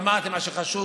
אמרתי מה חשוב